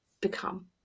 become